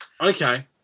Okay